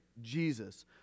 Jesus